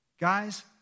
Guys